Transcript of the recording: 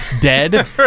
dead